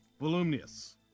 Volumnius